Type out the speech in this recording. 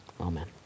Amen